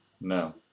No